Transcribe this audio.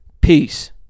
Peace